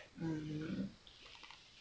ugh